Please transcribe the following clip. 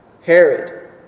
Herod